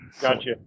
Gotcha